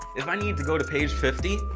if i need to go to page fifty,